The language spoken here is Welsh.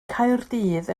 caerdydd